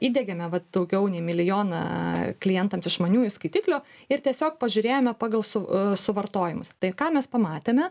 įdiegėme vat daugiau nei milijoną klientams išmaniųjų skaitiklių ir tiesiog pažiūrėjome pagal su suvartojimus tai ką mes pamatėme